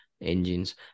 engines